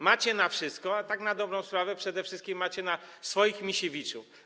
Macie na wszystko, a tak na dobrą sprawę przede wszystkim macie na swoich Misiewiczów.